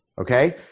Okay